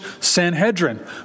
Sanhedrin